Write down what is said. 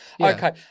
Okay